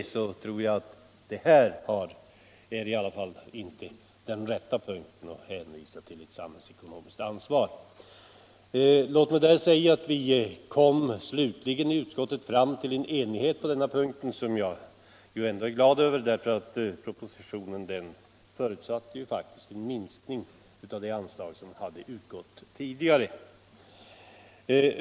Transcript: Men denna tidpunkt är sannerligen inte det rätta tillfället att hänvisa till ett samhällsekonomiskt ansvar. På denna punkt nådde utskottet slutligen fram till enighet, vilket jag är glad över, eftersom propositionen faktiskt förutsatte en minskning av det anslag som tidigare hade utgått.